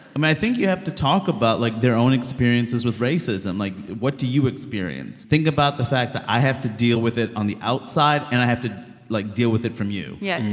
um i think you have to talk about like their own experiences with racism. like, what do you experience? think about the fact that i have to deal with it on the outside and i have to like deal with it from you yeah,